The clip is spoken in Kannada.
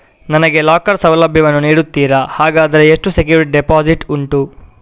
ನನಗೆ ಲಾಕರ್ ಸೌಲಭ್ಯ ವನ್ನು ನೀಡುತ್ತೀರಾ, ಹಾಗಾದರೆ ಎಷ್ಟು ಸೆಕ್ಯೂರಿಟಿ ಡೆಪೋಸಿಟ್ ಉಂಟು?